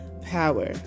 power